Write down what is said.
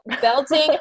belting